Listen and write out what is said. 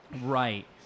Right